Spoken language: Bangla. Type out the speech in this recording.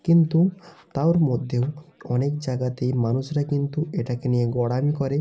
কিন্তু তার মধ্যেও অনেক জাগাতেই মানুষরা কিন্তু এটাকে নিয়ে গোঁড়ামি করে